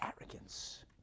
arrogance